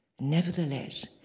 Nevertheless